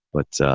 but ah,